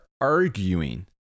arguing